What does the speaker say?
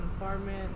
apartment